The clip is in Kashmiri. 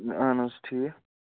ہَے اَہَن حظ ٹھیٖک